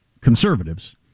conservatives